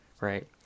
right